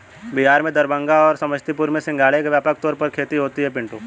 बिहार में दरभंगा और समस्तीपुर में सिंघाड़े की व्यापक तौर पर खेती होती है पिंटू